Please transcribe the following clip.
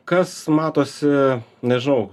kas matosi nežinau